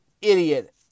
idiot